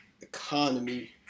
economy